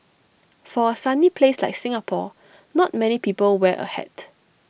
for A sunny place like Singapore not many people wear A hat